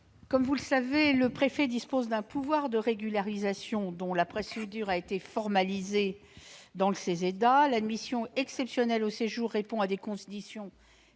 du Gouvernement ? Le préfet dispose d'un pouvoir de régularisation, dont la procédure a été formalisée dans le CESEDA. L'admission exceptionnelle au séjour répond à des conditions fixées